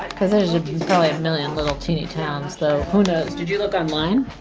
because there's probably a million little, teeny towns though. who knows? did you look online?